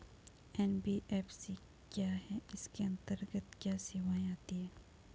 NBFC क्या है इसके अंतर्गत क्या क्या सेवाएँ आती हैं?